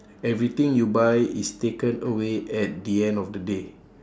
everything you buy is taken away at the end of the day